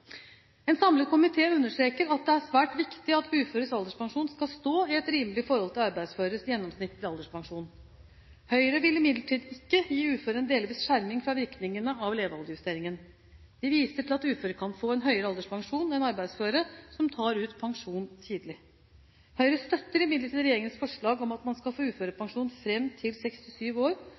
En samlet komité understreker at det er svært viktig at uføres alderspensjon skal stå i et rimelig forhold til arbeidsføres gjennomsnittlige alderspensjon. Høyre vil imidlertid ikke gi uføre en delvis skjerming fra virkningen av levealdersjusteringen. De viser til at uføre kan få en høyere alderspensjon enn arbeidsføre som tar ut pensjon tidlig. Høyre støtter imidlertid regjeringens forslag om at man skal få uførepensjon fram til 67 år,